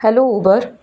hello Uber